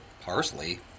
Parsley